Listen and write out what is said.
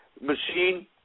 machine